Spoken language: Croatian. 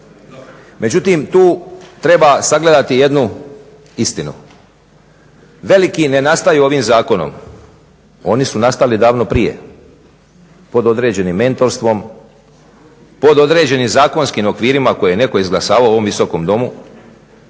Međutim tu treba sagledati jednu istinu. Veliki ne nastaju ovim zakonom, oni su nastali davno prije pod određenim mentorstvom, pod određenim zakonskim okvirima koje je neko izglasavao u ovom Visokom domu,